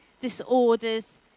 disorders